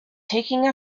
taking